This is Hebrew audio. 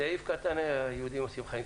(1) אושר.